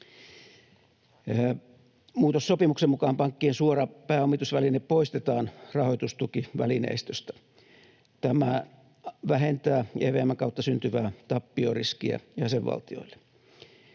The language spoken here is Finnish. Muutossopimuksen mukaan pankkien suora pääomitusväline poistetaan rahoitustukivälineistöstä. Tämä vähentää EVM:n kautta syntyvää tappioriskiä jäsenvaltioille.